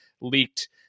leaked